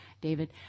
David